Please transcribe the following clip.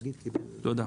תודה.